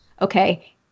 okay